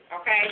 Okay